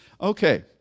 Okay